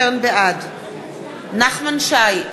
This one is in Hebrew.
בעד נחמן שי,